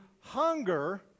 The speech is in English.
hunger